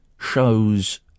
Shows